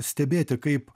stebėti kaip